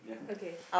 okay